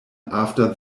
after